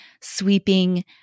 sweeping